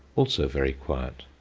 also very quiet.